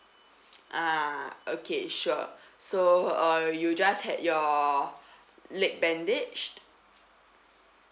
ah okay sure so err you just had your leg bandaged